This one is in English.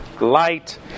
light